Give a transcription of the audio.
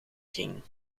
ging